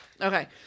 Okay